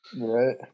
Right